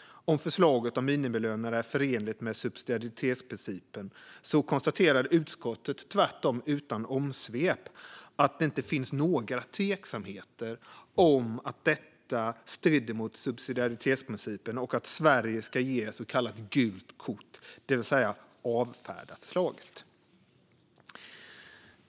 om förslaget om minimilöner är förenligt med subsidiaritetsprincipen, fru talman, konstaterar utskottet tvärtom utan omsvep att det inte finns några tveksamheter om att detta strider mot subsidiaritetsprincipen och att Sverige ska ge ett så kallat gult kort, det vill säga avfärda förslaget.